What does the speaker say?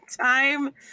time